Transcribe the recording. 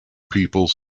people